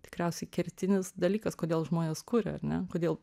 tikriausiai kertinis dalykas kodėl žmonės kuria ar ne kodėl